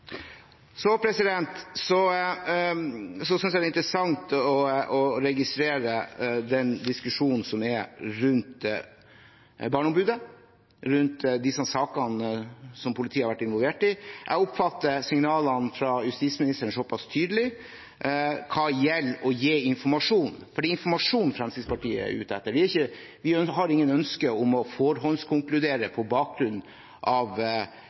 Jeg synes det er interessant å registrere diskusjonen som er rundt Barneombudet, rundt disse sakene som politiet har vært involvert i. Jeg oppfatter signalene fra justisministeren såpass tydelige, hva gjelder å gi informasjon. For det er informasjon Fremskrittspartiet er ute etter. Vi har ikke noe ønske om å forhåndskonkludere på bakgrunn av